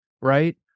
right